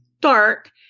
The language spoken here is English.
dark